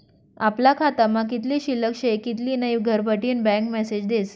आपला खातामा कित्ली शिल्लक शे कित्ली नै घरबठीन बँक मेसेज देस